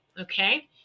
okay